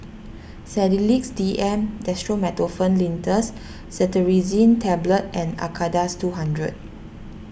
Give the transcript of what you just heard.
Sedilix D M Dextromethorphan Linctus Cetirizine Tablets and Acardust two hundred